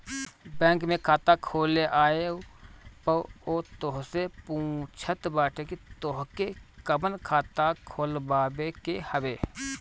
bank में खाता खोले आए पअ उ तोहसे पूछत बाटे की तोहके कवन खाता खोलवावे के हवे